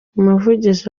umuvugizi